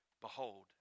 Behold